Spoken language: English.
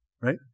Right